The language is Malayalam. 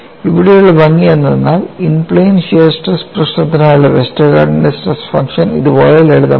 ഇവിടെയുള്ള ഭംഗി എന്തെന്നാൽ ഇൻ പ്ലെയിൻ ഷിയർ സ്ട്രെസ് പ്രശ്നത്തിനായുള്ള വെസ്റ്റർഗാർഡിന്റെ സ്ട്രെസ് ഫംഗ്ഷൻ ഇത് പോലെ ലളിതമാണ്